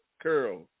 Curl